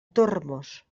tormos